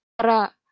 para